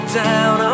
down